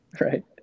Right